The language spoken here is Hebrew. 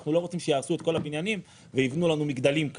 אנחנו לא רוצים שיהרסו את כל הבניינים ויבנו לנו כאן מגדלים,